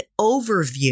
overview